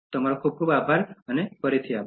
તમારો ખૂબ આભાર ફરીથી આભાર